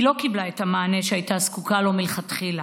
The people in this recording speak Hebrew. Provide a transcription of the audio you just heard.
היא לא קיבלה את המענה שהייתה זקוקה לו מלכתחילה.